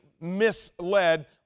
misled